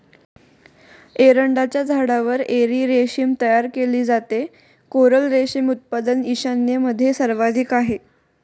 एरंडाच्या झाडावर एरी रेशीम तयार केले जाते, कोरल रेशीम उत्पादन ईशान्येमध्ये सर्वाधिक आहे